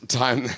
time